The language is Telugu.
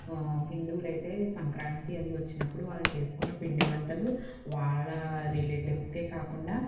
హిందువులు అయితే సంక్రాంతి అది వచ్చినప్పుడు వాళ్ళు చేసుకున్న పిండి వంటలు వాళ్ళ రిలేటివ్స్కే కాకుండా